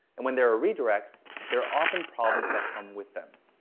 and when there are redirects, there are often problems that come with them.